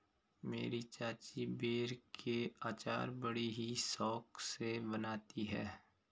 मेरी चाची बेर के अचार बड़ी ही शौक से बनाती है